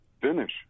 finish